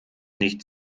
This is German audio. nicht